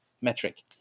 metric